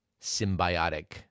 symbiotic